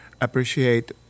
appreciate